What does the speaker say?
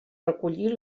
recollir